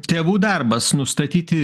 tėvų darbas nustatyti